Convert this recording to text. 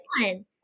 one